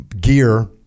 gear